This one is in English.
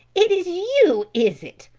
it is you, is it?